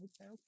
Okay